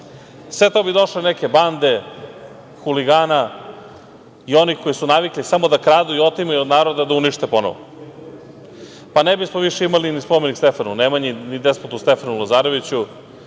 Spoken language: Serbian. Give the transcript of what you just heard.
sve to bi došle neke bande huligana i onih koji su navikli samo da kradu i otimaju od naroda da unište ponovo. Ne bismo više imali ni spomenik Stefani Nemanji, ni despotu Stefanu Lazareviću.